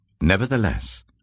Nevertheless